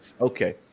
okay